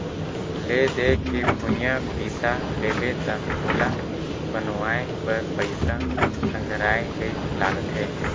ले दे के भूंइया बिसा लेबे त ओला बनवाए बर पइसा संघराये ले लागथे